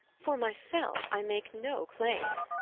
for myself i make no claims.